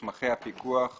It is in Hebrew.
מוסמכי הפיקוח יכולים,